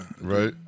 right